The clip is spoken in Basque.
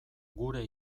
gure